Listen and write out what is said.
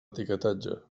etiquetatge